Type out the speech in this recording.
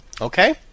Okay